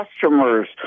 customers